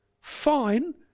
Fine